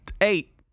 eight